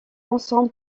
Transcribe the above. ensemble